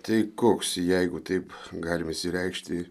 tai koks jeigu taip galima išsireikšti